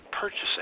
purchasing